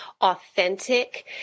authentic